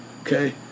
Okay